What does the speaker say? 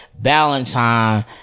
Valentine